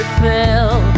fell